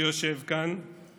שיושב כאן, יודע.